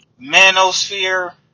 manosphere